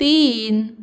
तीन